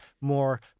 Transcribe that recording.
more